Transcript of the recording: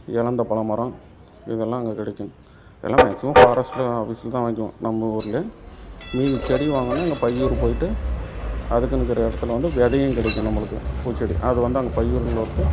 இலந்தபழ மரம் இதெல்லாம் அங்கே கிடைக்கும் எல்லாம் மேக்ஸிமம் ஃபாரஸ்ட்டு ஆஃபீஸ்ல தான் வாங்கிக்கிவோம் நம்ம ஊரில் மீதி செடி வாங்கணுன்னா எங்கள் பையூர் போயிவிட்டு அதுக்குன்னு இருக்கிற இடத்துல வந்து விதையும் கிடைக்கும் நம்மளுக்கு பூச்செடி அது வந்து அங்கே பையூரில்